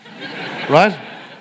Right